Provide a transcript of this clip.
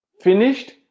finished